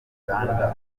uganda